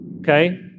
Okay